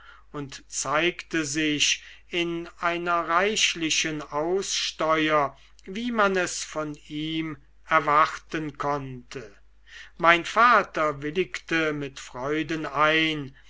und zeigte sich in einer reichlichen aussteuer wie man es von ihm erwarten konnte mein vater willigte mit freuden ein